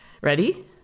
Ready